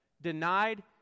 Denied